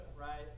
Right